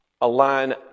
align